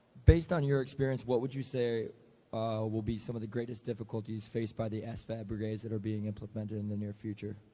based on your experience, what would you say will be some of the greatest difficulties faced by the asfab brigades that are being implemented in the near future.